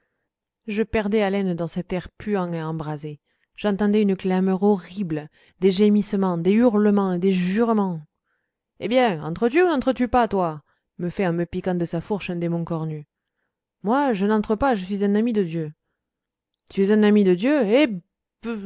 je perdais haleine dans cet air puant et embrasé j'entendais une clameur horrible des gémissements des hurlements et des jurements eh bien entres tu ou nentres tu pas toi me fait en me piquant de sa fourche un démon cornu moi je n'entre pas je suis un ami de dieu tu es un ami de dieu